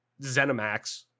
Zenimax